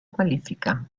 qualifica